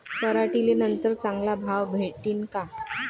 पराटीले नंतर चांगला भाव भेटीन का?